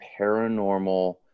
paranormal